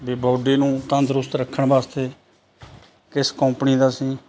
ਵੀ body ਨੂੰ ਤੰਦਰੁਸਤ ਰੱਖਣ ਵਾਸਤੇ ਕਿਸ ਕੋਂਪਣੀ ਦਾ ਅਸੀਂ